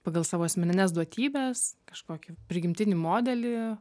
pagal savo asmenines duotybes kažkokį prigimtinį modelį